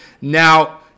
Now